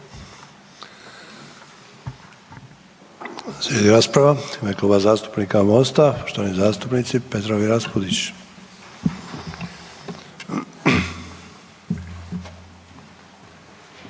Slijedi rasprava u ime Kluba zastupnika MOST-a, poštovani zastupnici Petrov i Raspudić.